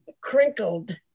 crinkled